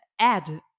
add